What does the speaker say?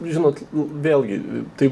žinot vėlgi tai